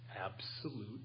absolute